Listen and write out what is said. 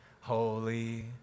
Holy